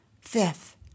Fifth